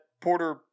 Porter